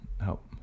help